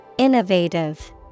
Innovative